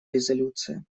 резолюция